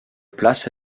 places